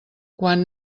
quan